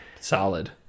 solid